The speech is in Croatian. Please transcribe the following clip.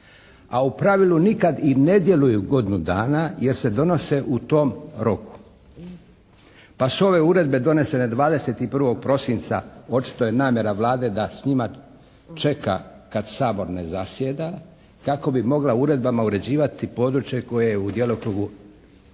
a u pravilu nikad i ne djeluju godinu dana jer se donose u tom roku pa su ove uredbe donesene 21. prosinca očito je namjera Vlade da s njima čeka kad Sabor ne zasjeda kako bi mogla uredbama uređivati područje koje je u djelokrugu